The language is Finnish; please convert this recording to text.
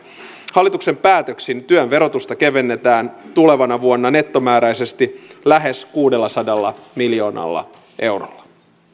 hallituksen päätöksin työn verotusta kevennetään tulevana vuonna nettomääräisesti lähes kuudellasadalla miljoonalla eurolla